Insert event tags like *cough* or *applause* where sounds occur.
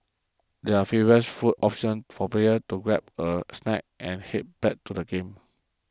there are *unintelligible* food options for players to grab a snack and head back to the game